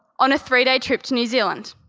on a three-day trip to new zealand.